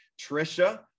Trisha